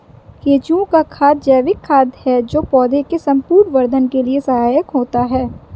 केंचुए का खाद जैविक खाद है जो पौधे के संपूर्ण वर्धन के लिए सहायक होता है